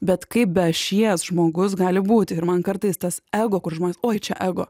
bet kaip be ašies žmogus gali būti ir man kartais tas ego kur žmonės oi čia ego